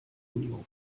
union